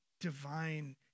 divine